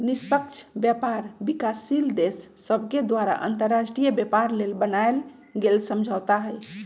निष्पक्ष व्यापार विकासशील देश सभके द्वारा अंतर्राष्ट्रीय व्यापार लेल बनायल गेल समझौता हइ